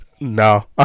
No